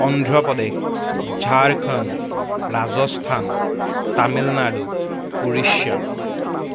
Andhra Pradesh Jharkhand Rajasthan Tamil Nadu Orissa